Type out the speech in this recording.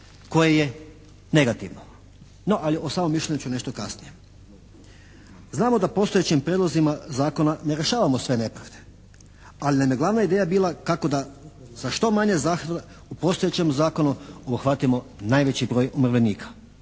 koje je negativno. No, ali o samom mišljenju ću nešto kasnije. Znamo da postojećim prijedlozima zakona ne rješavamo sve nepravde, ali nam je glavna ideja bila kako da s što manje zahtjeva u postojećem zakonu obuhvatimo najveći broj umirovljenika,